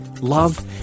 love